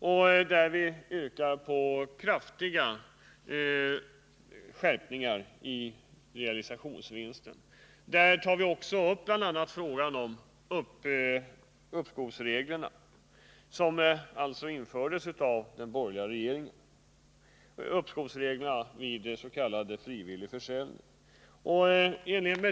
I den yrkar vi på kraftiga skärpningar i realisationsvinstbeskattningen. Där tar vi också upp frågan om uppskovsreglerna vid s.k. frivillig försäljning, som infördes av den borgerliga regeringen.